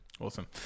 awesome